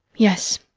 yes.